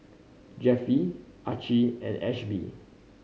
Jeffie Archie and Ashby